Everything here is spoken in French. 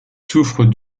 souffre